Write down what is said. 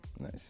Nice